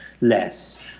less